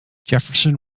jefferson